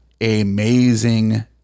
amazing